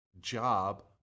job